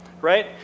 Right